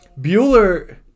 bueller